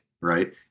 right